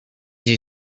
you